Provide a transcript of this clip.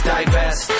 Divest